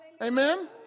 Amen